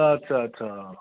আচ্ছা আচ্ছা অঁ